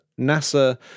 NASA